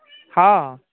हँ